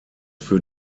für